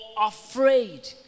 afraid